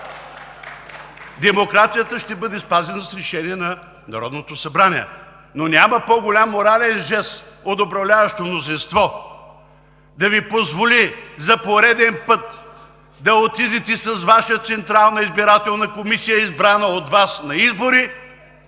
Демокрацията ще бъде спазена с решение на Народното събрание, но няма по-голям морален жест на управляващото мнозинство, да Ви позволи за пореден път да отидете с Ваша Централна избирателна комисия, избрана от Вас, на избори.